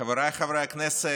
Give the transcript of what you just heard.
אדוני היושב-ראש, חבריי חברי הכנסת,